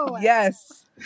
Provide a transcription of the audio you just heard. Yes